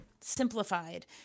simplified